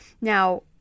Now